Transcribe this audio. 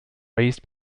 raised